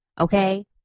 okay